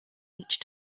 each